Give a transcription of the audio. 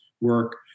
work